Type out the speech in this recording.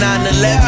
9-11